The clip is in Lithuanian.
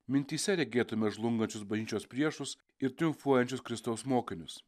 mintyse regėtumėme žlungančius bažnyčios priešus ir triumfuojančius kristaus mokinius